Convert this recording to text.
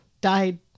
died